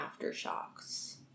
aftershocks